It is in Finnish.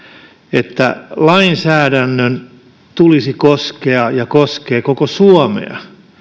että lainsäädännön tulisi koskea ja se koskee koko suomea